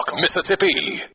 Mississippi